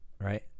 Right